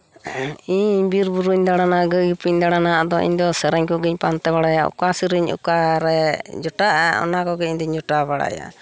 ᱤᱧ ᱵᱤᱨ ᱵᱩᱨᱩᱧ ᱫᱟᱬᱟᱱᱟ ᱜᱟᱹᱭ ᱜᱩᱯᱤᱧ ᱫᱟᱬᱟᱱᱟ ᱟᱫᱚ ᱤᱧ ᱫᱚ ᱥᱮᱨᱮᱧ ᱠᱩᱧ ᱯᱟᱱᱛᱮ ᱵᱟᱲᱟᱭᱟ ᱚᱠᱟ ᱥᱮᱨᱮᱧ ᱚᱠᱟᱨᱮ ᱡᱚᱴᱟᱜᱼᱟ ᱚᱱᱟ ᱠᱚᱜᱮ ᱤᱧᱫᱩᱧ ᱡᱚᱴᱟᱣ ᱵᱟᱲᱟᱭᱟ